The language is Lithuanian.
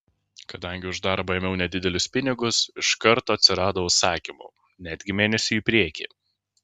kadangi už darbą ėmiau nedidelius pinigus iš karto atsirado užsakymų netgi mėnesiui į priekį